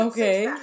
Okay